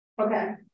okay